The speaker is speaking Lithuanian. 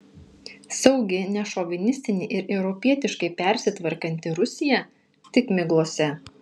saugi nešovinistinė ir europietiškai persitvarkanti rusija tik miglose